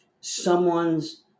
someone's